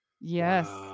Yes